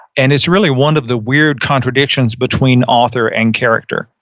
and it's really one of the weird contradictions between author and character.